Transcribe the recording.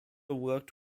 worked